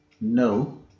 No